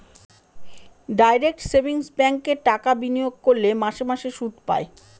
direct savings ব্যাঙ্কে টাকা বিনিয়োগ করলে মাসে মাসে সুদ পায়